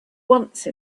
once